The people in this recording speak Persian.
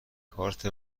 کارت